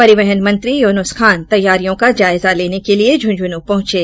परिवहन मंत्री युनूस खान तैयारियों का जायजा लेने के लिए झुंझुनू पहुंचे